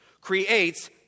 creates